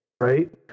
right